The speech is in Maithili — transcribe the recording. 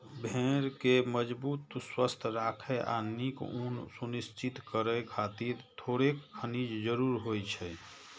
भेड़ कें मजबूत, स्वस्थ राखै आ नीक ऊन सुनिश्चित करै खातिर थोड़ेक खनिज जरूरी होइ छै